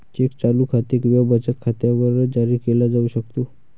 check चालू खाते किंवा बचत खात्यावर जारी केला जाऊ शकतो